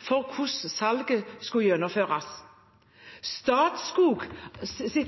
for hvordan salget skulle gjennomføres. Statskogs